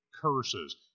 curses